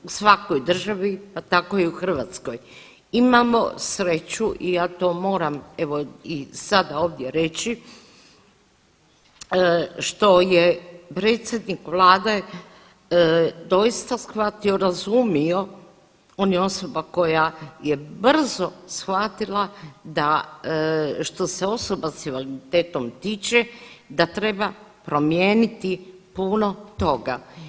U svakoj državi, pa tako i u Hrvatskoj imamo sreću i ja to moram evo i sada ovdje reći što je predsjednik vlade doista shvatio i razumio, on je osoba koja je brzo shvatila da što se osoba s invaliditetom tiče da treba promijeniti puno toga.